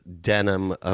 denim